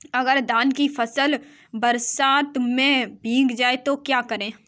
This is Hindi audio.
अगर धान की फसल बरसात में भीग जाए तो क्या करें?